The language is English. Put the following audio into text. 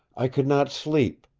i could not sleep.